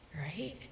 right